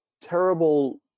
terrible